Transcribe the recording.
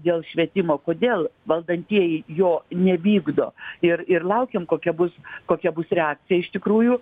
dėl švietimo kodėl valdantieji jo nevykdo ir ir laukiam kokia bus kokia bus reakcija iš tikrųjų